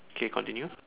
K continue